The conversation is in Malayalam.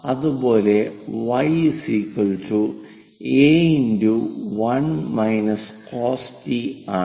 അതുപോലെ y a ആണ്